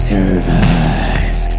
Survive